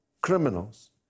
criminals